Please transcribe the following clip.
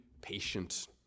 patient